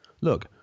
Look